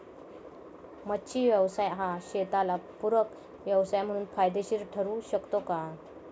मच्छी व्यवसाय हा शेताला पूरक व्यवसाय म्हणून फायदेशीर ठरु शकतो का?